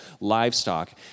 livestock